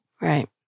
Right